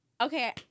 Okay